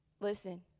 Listen